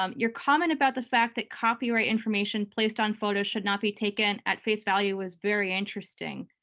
um your comment about the fact that copyright information placed on photos should not be taken at face value was very interesting.